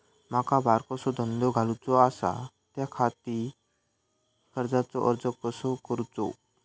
माका बारकोसो धंदो घालुचो आसा त्याच्याखाती कर्जाचो अर्ज कसो करूचो?